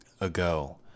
ago